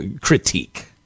critique